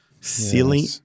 sealing